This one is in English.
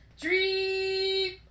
Dream